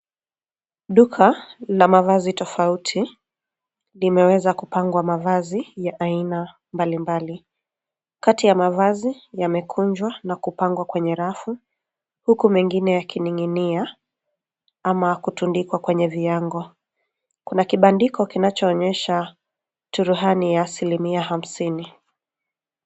Duka la mavazi tofauti, limeweza kupangwa mavazi ya aina mbalimbali. Kati ya mavazi yamekunjwa na kupangwa kwenye rafu, huku mengine yakining'inia ama kutundikwa kwenye viaango. Kuna kibandiko kinachoonyesha turuhani ya asilimia hamsini.